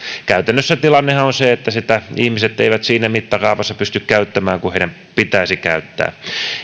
käytännössähän tilanne on se että sitä rataa ihmiset eivät siinä mittakaavassa pysty käyttämään kuin heidän pitäisi käyttää